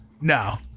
No